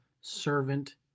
servant